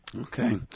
Okay